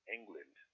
England